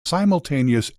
simultaneous